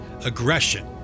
aggression